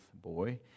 boy